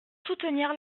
soutenir